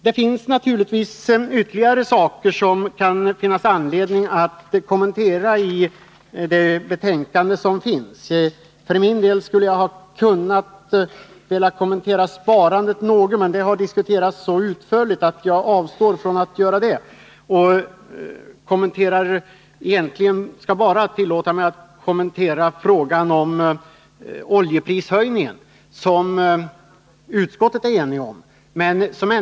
Det finns naturligtvis ytterligare saker i betänkandet som skulle kunna kommenteras. För min del hade jag tänkt att något kommentera sparandet, men detta har diskuterats så utförligt att jag avstår. Därför tänker jag endast tillåta mig att kommentera oljeprishöjningen som utskottet är enigt om.